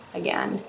again